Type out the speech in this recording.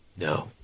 No